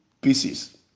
pieces